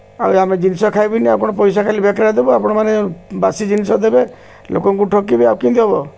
ଆଉ ଆମେ ଜିନିଷ ଖାଇବୁନି ଆପଣ ପଇସା ଖାଲି ବେକାରରେ ଦେବୁ ଆପଣମାନେ ବାସି ଜିନିଷ ଦେବେ ଲୋକଙ୍କୁ ଠକିବେ ଆଉ କେମିତି ହେ ବ